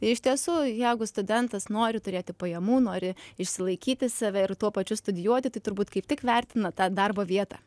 iš tiesų jeigu studentas nori turėti pajamų nori išsilaikyti save ir tuo pačiu studijuoti tai turbūt kaip tik vertina tą darbo vietą